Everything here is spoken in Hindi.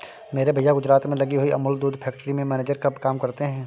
मेरे भैया गुजरात में लगी हुई अमूल दूध फैक्ट्री में मैनेजर का काम करते हैं